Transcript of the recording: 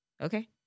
okay